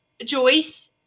Joyce